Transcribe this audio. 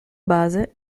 base